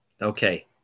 Okay